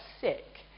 sick